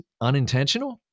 unintentional